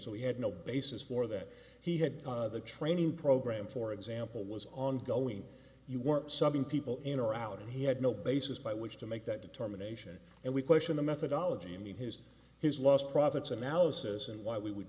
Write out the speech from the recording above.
so we had no basis for that he had the training program for example was ongoing you were subbing people in or out and he had no basis by which to make that determination and we question the methodology and his his last profits analysis and why we would